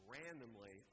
randomly